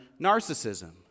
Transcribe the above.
Narcissism